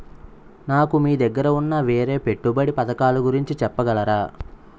నాకు మీ దగ్గర ఉన్న వేరే పెట్టుబడి పథకాలుగురించి చెప్పగలరా?